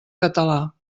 català